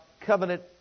covenant